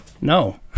no